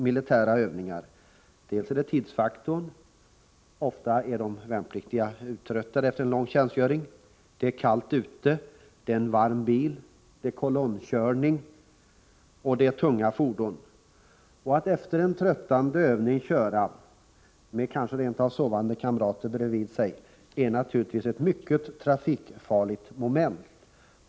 Vi har tidsfaktorn — ofta är de värnpliktiga uttröttade efter en lång tjänstgöring. Det kan vara kallt ute, medan det inne i bilen är varmt och sövande. Det rör sig om kolonnkörning med tunga fordon. Att efter en tröttande övning köra med kanske sovande kamrater bredvid sig är naturligtvis mycket trafikfarligt.